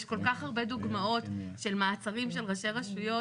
יש כל כך הרבה דוגמאות של מעצרים של ראשי רשויות,